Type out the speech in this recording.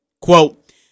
Quote